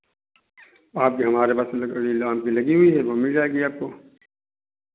आम की हमारे पास लकड़ी आम की लगी हुई है वो मिल जाएगी आपको